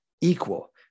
equal